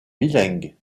bilingues